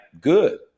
good